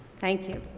thank you.